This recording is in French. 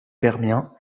permien